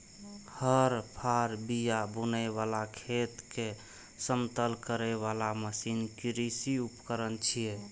हर, फाड़, बिया बुनै बला, खेत कें समतल करै बला मशीन कृषि उपकरण छियै